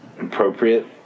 appropriate